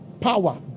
power